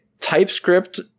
TypeScript